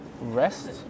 rest